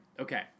Okay